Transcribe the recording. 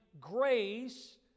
grace